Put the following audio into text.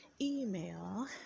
email